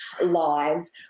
lives